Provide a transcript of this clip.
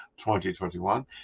2021